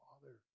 Father